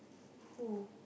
who